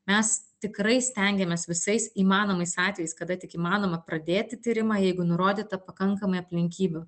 mes tikrai stengiamės visais įmanomais atvejais kada tik įmanoma pradėti tyrimą jeigu nurodyta pakankamai aplinkybių